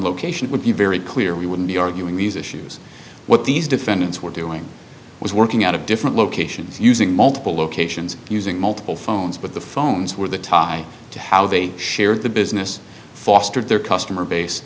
location would be very clear we wouldn't be arguing these issues what these defendants were doing was working at a different locations using multiple locations using multiple phones but the phones were the tie to how they shared the business fostered their customer base